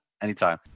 anytime